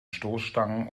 stoßstangen